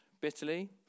bitterly